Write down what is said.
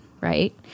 right